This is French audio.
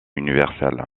universelle